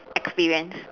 experience